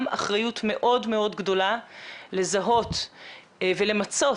אחריות מאוד מאוד גדולה לזהות ולמצות